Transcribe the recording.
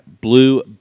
blue